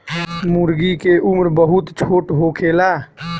मूर्गी के उम्र बहुत छोट होखेला